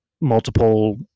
multiple